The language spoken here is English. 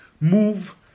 move